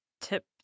tip